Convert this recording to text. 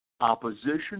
opposition